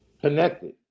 connected